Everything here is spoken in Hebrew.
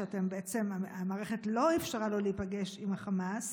שבעצם המערכת לא אפשרה לו להיפגש עם החמאס,